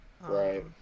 right